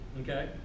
Okay